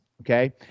Okay